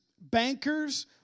bankers